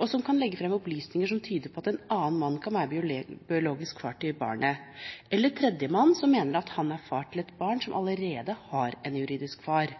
og som kan legge frem opplysninger som tyder på at en annen mann kan være biologisk far til barnet, eller en tredjemann som mener at han er far til et barn som allerede har en juridisk far.